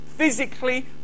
Physically